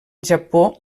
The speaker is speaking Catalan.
japó